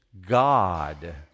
God